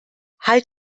halt